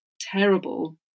terrible